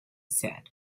said